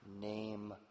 name